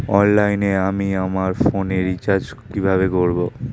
অনলাইনে আমি আমার ফোনে রিচার্জ কিভাবে করব?